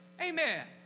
Amen